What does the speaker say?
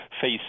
face